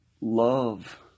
love